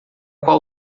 qual